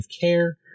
care